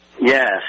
Yes